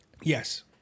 Yes